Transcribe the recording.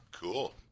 Cool